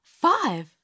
Five